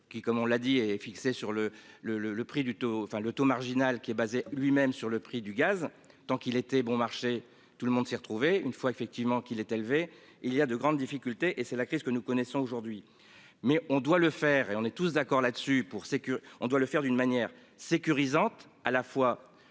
sur le le le le prix du enfin le taux marginal qui est basé, lui-même sur le prix du gaz tant qu'il était bon marché, tout le monde s'est retrouvé, une fois effectivement qu'il est élevé. Il y a de grandes difficultés et c'est la crise que nous connaissons aujourd'hui. Mais on doit le faire et on est tous d'accord là-dessus pour c'est que on doit le faire d'une manière sécurisante à la fois